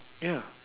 ya